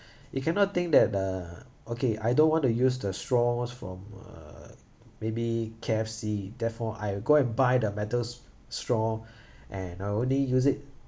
you cannot think that uh okay I don't want to use the straws from uh maybe K_F_C therefore I go and buy the metal s~ straw and I only use it